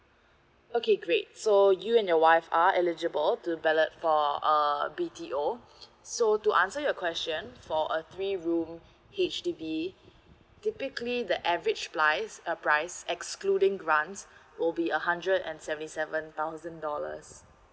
okay great so you and your wife are eligible to ballot for a B_T_O so to answer your question for a three room H_D_B typically the average lies uh price excluding grants will be a hundred and seventy seven thousand dollars